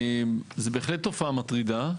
זו בהחלט תופעה מטרידה.